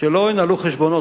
שלא ינהלו חשבונות,